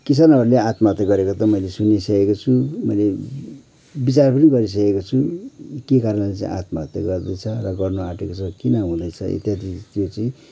किसानहरूले आत्महत्या गरेको त मैले सुनिसकेको छु मैले विचार पनि गरिसकेको छु के कारणले चाहिँ आत्महत्या गर्दैछ र गर्नु आँटेको छ किन हुँदैछ इत्यादि त्यो चाहिँ